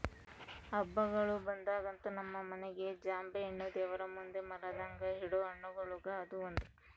ಹಬ್ಬಗಳು ಬಂದಾಗಂತೂ ನಮ್ಮ ಮನೆಗ ಜಾಂಬೆಣ್ಣು ದೇವರಮುಂದೆ ಮರೆದಂಗ ಇಡೊ ಹಣ್ಣುಗಳುಗ ಅದು ಒಂದು